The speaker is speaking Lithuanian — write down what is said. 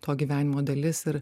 to gyvenimo dalis ir